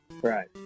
Right